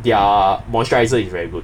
their moisturiser is very good